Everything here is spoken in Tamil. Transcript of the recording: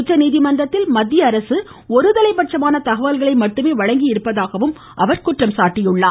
உச்சநீதிமன்றத்தில் மத்திய அரசு அருதலை பட்சமான தகவல்களை மட்டுமே வழங்கியிருப்பதாகவும் அவர் குற்றம் சாட்டியுள்ளார்